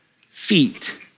feet